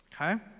okay